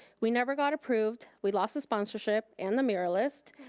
we never got approved. we lost the sponsorship and the muralist.